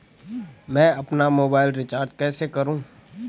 मैं अपना mobile recharge कैसे करूँ?